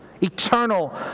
Eternal